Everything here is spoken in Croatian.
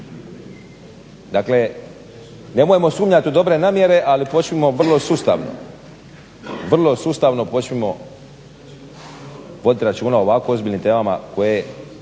Dakle, nemojmo sumnjat u dobre namjere, ali počnimo vrlo sustavno, vrlo sustavno počnimo vodit računa o ovako ozbiljnim temama koje